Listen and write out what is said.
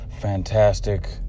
fantastic